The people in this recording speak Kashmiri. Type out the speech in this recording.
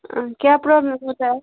کیاہ پرٛابلِم ٲسوٕ تۄہہِ اَتھ